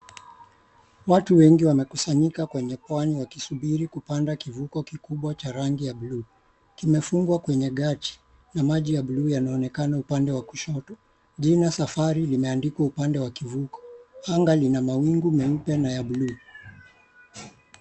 Watu wengi wamekusanyika kwenye Pwani wakisubiri kupanda kivuko kikubwa cha rangi ya buluu. Kimefungwa kwenye gati na maji ya buluu yanaonekana upande wa kushoto. Jina safari limeandikwa upande wa kivuko. Anga lina mawingu meupe na ya buluu.